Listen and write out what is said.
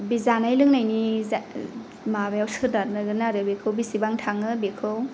बे जानाय लोंनायनि माबायाव सोनारगोन आरो बेसेबां थाङो बेखौ